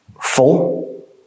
full